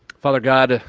father, god,